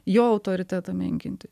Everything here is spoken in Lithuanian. jo autoritetą menkinti